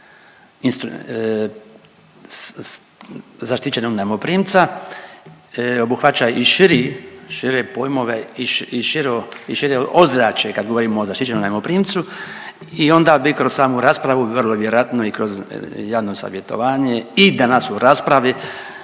zaštićenog najmoprimca obuhvaća i širi, šire pojmove i širu, i šire ozračje kad govorimo o zaštićenom najmoprimcu i onda bi kroz samu raspravu, vrlo vjerojatno i kroz javno savjetovanje i danas u raspravi